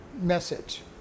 message